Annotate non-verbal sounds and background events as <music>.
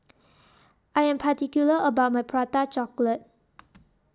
I Am particular about My Prata Chocolate <noise>